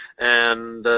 and